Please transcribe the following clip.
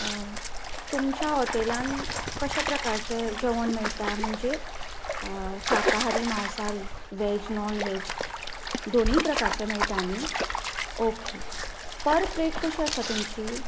तुमच्या हॉटेलांत कशा प्रकारचें जेवण मेळटा म्हणजे शाकाहारी मांसाहारी वेज नॉन वेज दोनी प्रकारचें मेळटा न्हय ओके पर प्लेट कशी आसा तुमची